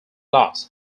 loss